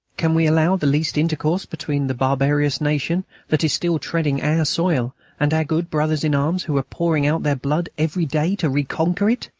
can we allow the least intercourse between the barbarous nation that is still treading our soil and our good brothers-in-arms who are pouring out their blood every day to reconquer it?